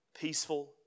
peaceful